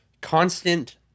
constant